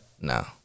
No